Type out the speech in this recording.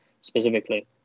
specifically